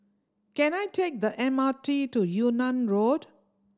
can I take the M R T to Yunnan Road